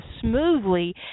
smoothly